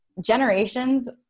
generations